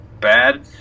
bad